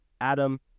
Adam